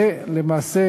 למעשה,